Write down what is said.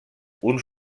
uns